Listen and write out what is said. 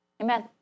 Amen